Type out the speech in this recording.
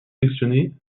sélectionnés